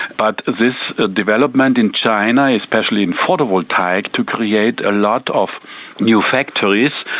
but this ah development in china, especially in photovoltaic, to create a lot of new factories,